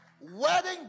Wedding